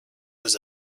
was